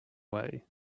way